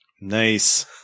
Nice